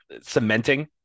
cementing